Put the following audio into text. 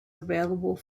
available